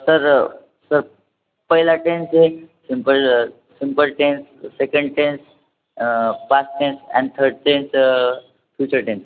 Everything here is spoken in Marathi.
सर सर पहिला टेन्स एक simple simple tense second tense past tense and third tense future tense